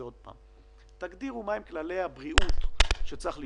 עוד פעם: תגדירו מה הם כללי הבריאות שצריך לשמור.